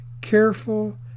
Careful